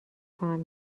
خواهم